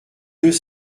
deux